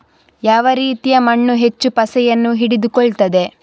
ಯಾವ ರೀತಿಯ ಮಣ್ಣು ಹೆಚ್ಚು ಪಸೆಯನ್ನು ಹಿಡಿದುಕೊಳ್ತದೆ?